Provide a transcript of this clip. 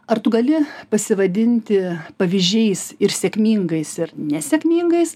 ar tu gali pasivadinti pavyzdžiais ir sėkmingais ir nesėkmingais